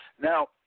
Now